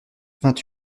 vingt